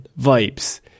vibes